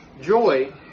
joy